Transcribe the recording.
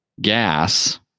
gas